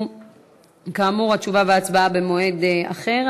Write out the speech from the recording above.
כאמור, התשובה וההצבעה במועד אחר.